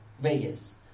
vegas